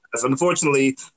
Unfortunately